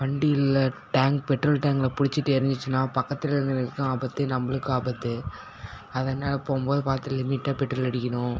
வண்டி இல்லை tank petrol டாங்க்கில் பிடிச்சிட்டு எரிஞ்சுச்சின்னால் பக்கத்தில் இருந்தவங்களுக்கும் ஆபத்து நம்மளுக்கும் ஆபத்து அதனால் போகும்போது பார்த்து லிமிட்டாக பெட்ரோல் அடிக்கணும்